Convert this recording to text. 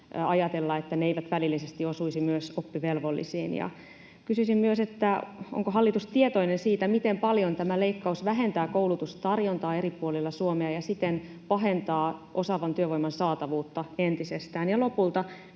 että ne eivät välillisesti osuisi myös oppivelvollisiin. Kysyisin myös, onko hallitus tietoinen siitä, miten paljon tämä leikkaus vähentää koulutustarjontaa eri puolilla Suomea ja siten pahentaa osaavan työvoiman saatavuutta entisestään.